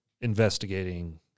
investigating